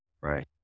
Right